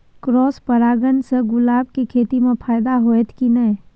Cross परागण से गुलाब के खेती म फायदा होयत की नय?